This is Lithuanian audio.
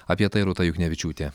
apie tai rūta juknevičiūtė